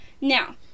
Now